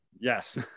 Yes